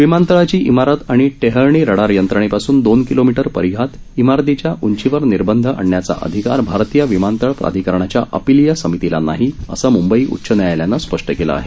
विमानतळाची इमारत आणि टेहळणी रडार यंत्रणेपासुन दोन किलोमीटर परिघात इमारतीच्या उंचीवर निर्बंध आणण्याचा अधिकार भारतीय विमानतळ प्राधिकरणाच्या अपिलीय समितीला नाही असं मुंबई उच्च न्यायलयानं स्पष्ट केलं आहे